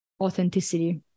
authenticity